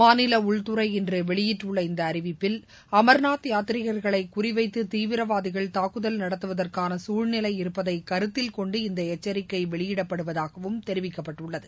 மாநில உள்துறை இன்று வெளியிட்டுள்ள இந்த அறிவிப்பில் அமா்நாத் யாத்ரீகா்களை குறிவைத்து தீவிரவாதிகள் தாக்குதல் நடத்துவதற்கான சூழ்நிலை இருப்பதை கருத்தில்கொண்டு இந்த எச்சரிக்கை வெளியிடப்படுவதாகவும் தெரிவிக்கப்பட்டுள்ளது